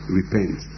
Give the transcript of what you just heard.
repent